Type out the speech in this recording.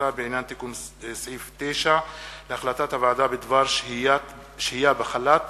תיקון סעיף 9 להחלטת הוועדה בדבר שהייה בחל"ת